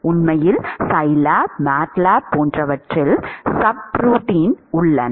உண்மையில் Scilab MATLAB போன்றவற்றில் சப்ரூட்டீன்கள் உள்ளன